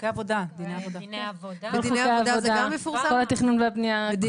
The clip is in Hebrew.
דיני עבודה, כל התכנון והבנייה.